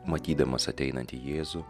matydamas ateinantį jėzų